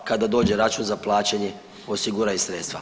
Kada dođe račun za plaćanje osiguraj sredstva.